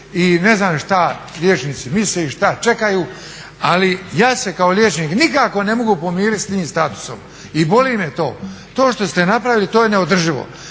i ne znam šta liječnici misle, šta čekaju ali ja se kao liječnik nikako ne mogu pomiriti s tim statusom i boli me to. To što ste napravili to je neodrživo.